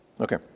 Okay